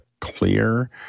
clear